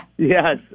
Yes